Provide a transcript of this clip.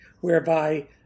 whereby